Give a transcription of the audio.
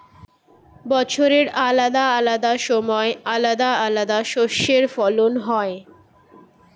বছরের আলাদা আলাদা সময় আলাদা আলাদা শস্যের ফলন হয়